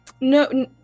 No